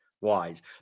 Wise